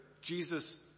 Jesus